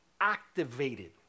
activated